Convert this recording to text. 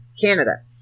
Canada